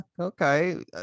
Okay